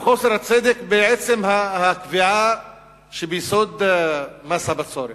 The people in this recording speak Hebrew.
גם חוסר הצדק בעצם הקביעה שביסוד מס הבצורת: